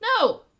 No